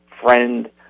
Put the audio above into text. friend